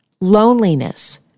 loneliness